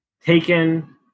taken